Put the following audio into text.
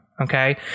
Okay